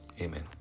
Amen